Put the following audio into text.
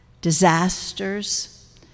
disasters